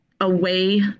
away